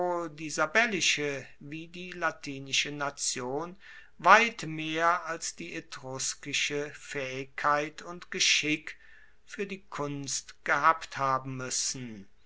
die sabellische wie die latinische nation weit mehr als die etruskische faehigkeit und geschick fuer die kunst gehabt haben muessen